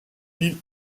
ville